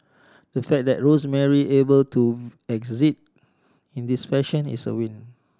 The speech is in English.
the fact that Rosemary able to exit in this fashion is a win